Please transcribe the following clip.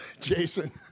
Jason